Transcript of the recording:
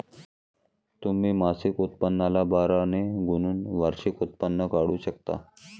तुम्ही मासिक उत्पन्नाला बारा ने गुणून वार्षिक उत्पन्न काढू शकता